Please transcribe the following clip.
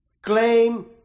Claim